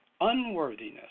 unworthiness